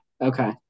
Okay